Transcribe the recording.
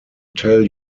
tell